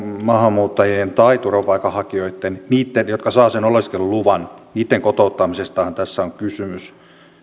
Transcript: maahanmuuttajien tai turvapaikanhakijoitten jotka saavat sen oleskeluluvan kotouttamisestahan tässä on kysymys